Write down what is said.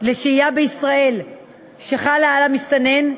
לשהייה בישראל שחלה על המסתנן,